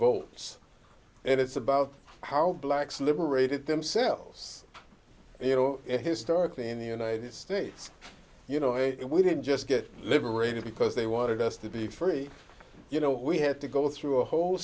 revolt and it's about how blacks liberated themselves you know historically in the united states you know and we didn't just get liberated because they wanted us to be free you know we had to go through a whole